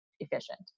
efficient